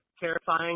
terrifying